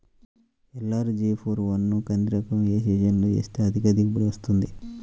LRG four one కంది రకం ఏ సీజన్లో వేస్తె అధిక దిగుబడి వస్తుంది?